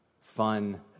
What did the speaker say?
fun